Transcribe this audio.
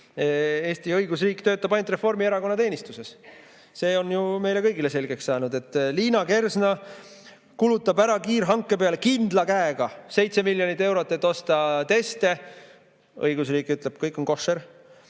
Eesti õigusriik töötab ainult Reformierakonna teenistuses. See on ju meile kõigile selgeks saanud. Liina Kersna kulutab kiirhanke peale kindla käega 7 miljonit eurot, et osta teste. Õigusriik ütleb, et kõik on koššer.